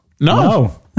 no